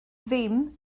ddim